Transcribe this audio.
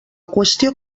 qüestió